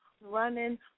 running